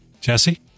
Jesse